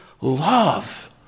love